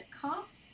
cough